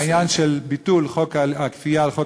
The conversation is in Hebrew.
העניין של ביטול חוק הכפייה על חוק